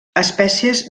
espècies